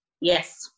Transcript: yes